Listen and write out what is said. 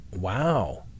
Wow